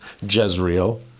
Jezreel